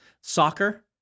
soccer